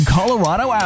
Colorado